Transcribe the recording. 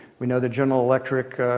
we know the general electric